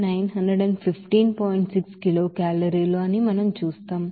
6 కిలోకేలరీలు అని మనం చూస్తాం